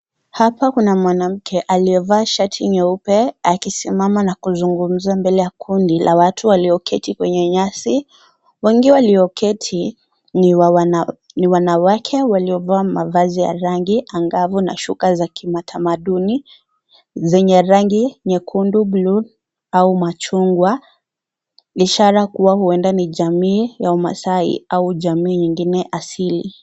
Hapa kuna mwanamke aliyevaa shati nyeupe akisimama na kuzungumza mbeke ya kundi la watu walioketi kwenye nyasi wengi walioketi no wanawake waliovaa vazi la rangi angavu na shuka za kitamaduni zenye rangi nyekundu blue au machungwa ishara kuwa huenda unaware jamii wa kimaa sai au jamii nyingine asili.